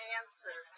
answer